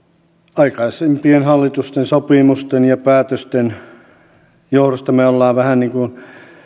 aikaisempien hallitusten sopimusten ja päätösten johdosta me olemme vähän niin kuin